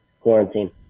quarantine